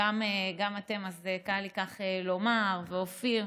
מהפריפריה, וגם אתם, אז קל לי כך לומר, ואופיר,